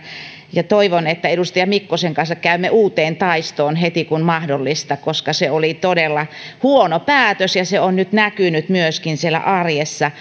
ja toivon että edustaja mikkosen kanssa käymme uuteen taistoon heti kun mahdollista koska se oli todella huono päätös ja se on nyt näkynyt myöskin siellä arjessa